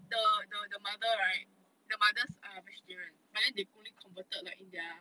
the the the mother right the mothers are vegetarian but they only converted like in their